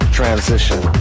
Transition